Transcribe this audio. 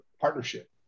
partnership